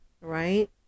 right